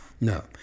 No